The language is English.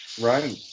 right